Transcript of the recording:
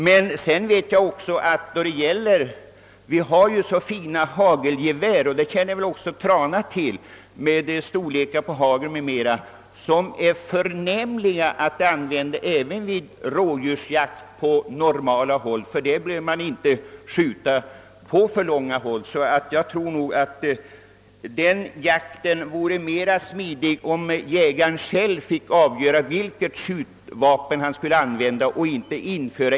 Såsom även herr Trana torde känna till har vi numera fina hagelgevär med särskild storlek av hagel. Dessa är förnämliga att använda även vid rådjursjakt på normala håll. Med dessa bör man dock inte skjuta på för långa avstånd. Jag tror nog att denna form av jakt skulle bli mera smidig, om jägaren själv fick avgöra vilket skjutvapen han bör använda. Något obligatoriskt system bör inte införas.